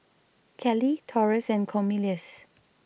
Cali Taurus and Cornelious